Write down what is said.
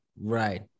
right